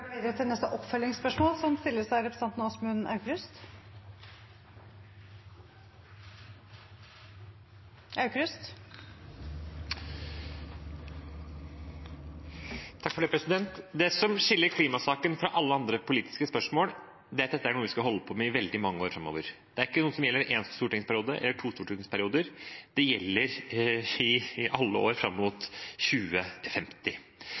Aukrust – til oppfølgingsspørsmål. Det som skiller klimasaken fra alle andre politiske spørsmål, er at dette er noe vi skal holde på med i veldig mange år framover. Det er ikke noe som gjelder én stortingsperiode, eller to stortingsperioder. Det gjelder i alle år fram mot 2050.